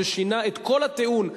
ששינה את כל הטיעון,